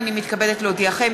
הנני מתכבד להודיעכם,